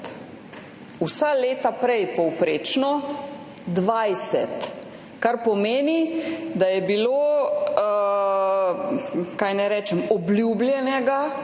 vsa leta prej povprečno 20. Kar pomeni, da je bilo obljubljenega